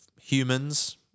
humans